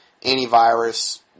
antivirus